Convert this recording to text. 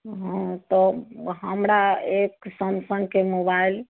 हँ तऽ हमरा एक सैमसङ्गके मोबाइल